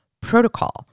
protocol